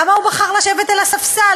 למה הוא בחר לשבת על הספסל?